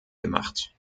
gemacht